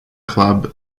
club